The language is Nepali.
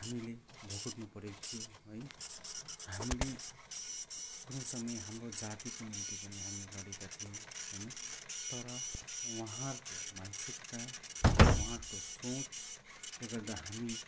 हामीले भोग्नु परेको थियो है हामीले कुनै समय हाम्रो जातिको निम्ति पनि हामी लडेका थियौँ है तर उहाँहरूको मानसिकता उहाँहरूको सोचले गर्दा हामी